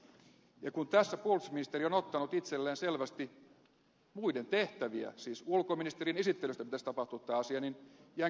ja kun tässä puolustusministeri on ottanut itselleen selvästi muiden tehtäviä siis ulkoministerin esittelystä pitäisi tapahtua tämä asia niin jään kysymään teiltä